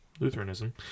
lutheranism